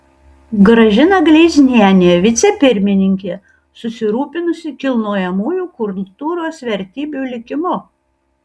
gražina gleiznienė vicepirmininkė susirūpinusi kilnojamųjų kultūros vertybių likimu